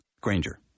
Granger